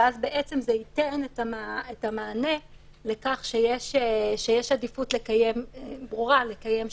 ואז זה בעצם ייתן את המענה לכך שיש עדיפות ברורה לקיים שם,